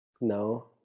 No